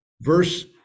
Verse